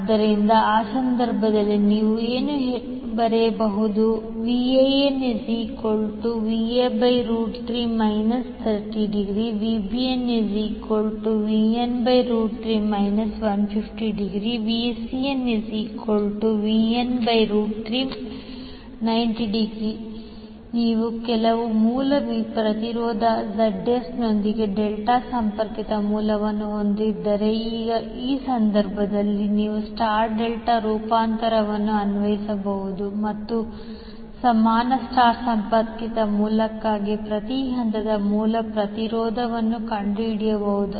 ಆದ್ದರಿಂದ ಆ ಸಂದರ್ಭದಲ್ಲಿ ನೀವು ಏನು ಬರೆಯಬಹುದು VanVp3∠ 30° VbnVp3∠ 150° VcnVp3∠90° ನೀವು ಕೆಲವು ಮೂಲ ಪ್ರತಿರೋಧ ZS ನೊಂದಿಗೆ ಡೆಲ್ಟಾ ಸಂಪರ್ಕಿತ ಮೂಲವನ್ನು ಹೊಂದಿದ್ದರೆ ಈಗ ಆ ಸಂದರ್ಭದಲ್ಲಿ ನೀವು ಸ್ಟಾರ್ ಡೆಲ್ಟಾ ರೂಪಾಂತರವನ್ನು ಅನ್ವಯಿಸಬಹುದು ಮತ್ತು ಸಮಾನ ಸ್ಟರ್ ಸಂಪರ್ಕಿತ ಮೂಲಕ್ಕಾಗಿ ಪ್ರತಿ ಹಂತದ ಮೂಲ ಪ್ರತಿರೋಧವನ್ನು ಕಂಡುಹಿಡಿಯಬಹುದು